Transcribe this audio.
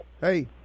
Hey